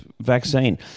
vaccine